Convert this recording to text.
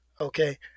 okay